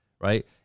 right